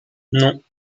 non